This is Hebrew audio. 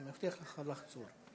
אני מבטיח לך לחזור.